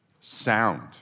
sound